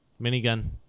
minigun